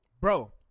Bro